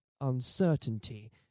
uncertainty